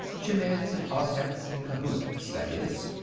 chmidd's and hozhet's and khouzhik's, that is.